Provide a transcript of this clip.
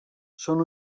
són